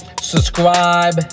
subscribe